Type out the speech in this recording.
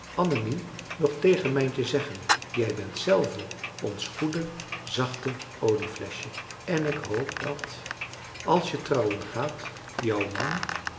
annemie nog tegen mijntje zeggen jij bent zelve ons goede zachte oliefleschje en ik hoop dat als je trouwen gaat jou man